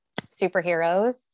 superheroes